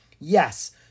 Yes